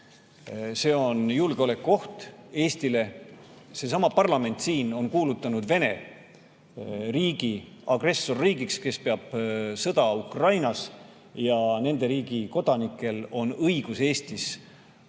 See on julgeolekuoht Eestile. Seesama parlament siin on kuulutanud Vene riigi agressorriigiks, kes peab sõda Ukrainas, ja et selle riigi kodanikel on õigus Eestis